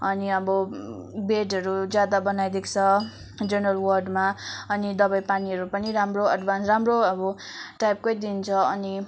अनि अब बेडहरू ज्यादा बनाइदिएको छ जेनरल वार्डमा अनि दबाई पानीहरू पनि राम्रो एडभान्स राम्रो अब टाइपकै दिन्छ अनि